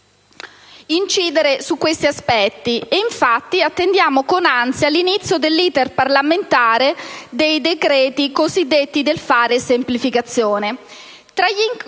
attendiamo con ansia l'inizio dell'*iter* parlamentare dei decreti cosiddetti «del fare» e «semplificazione».